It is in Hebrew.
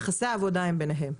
יחסי העבודה הם ביניהם.